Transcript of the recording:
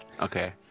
Okay